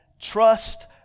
trust